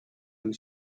and